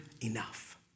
enough